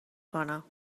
کنم